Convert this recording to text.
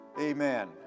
Amen